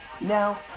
Now